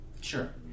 Sure